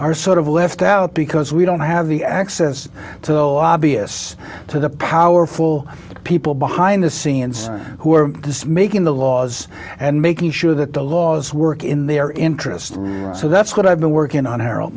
are sort of left out because we don't have the access to lobbyists to the powerful people behind the scenes who are just making the laws and making sure that the laws work in their interests so that's what i've been working on errol